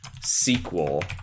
sequel